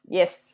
yes